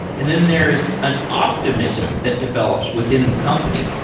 and then there is an optimism that develops within the company.